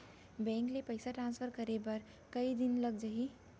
Bank से पइसा transfer करे बर कई दिन लग जाही?